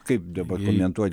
kaip dabar komentuot